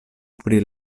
pri